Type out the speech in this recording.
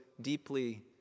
deeply